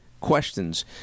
questions